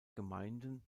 gemeinden